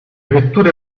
vetture